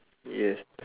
yes